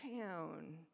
town